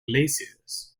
glaciers